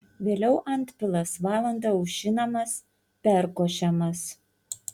vėliau antpilas valandą aušinamas perkošiamas